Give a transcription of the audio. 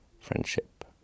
friendship